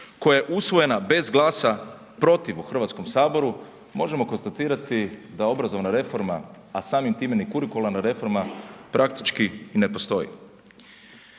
koja je usvojena bez glasa protiv u RH, možemo konstatirati da obrazovna reforma, a samim time ni kurikularna reforma praktički i ne postoji.